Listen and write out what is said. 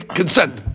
consent